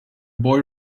boy